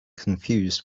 confused